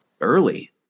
early